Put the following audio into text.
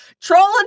Trolling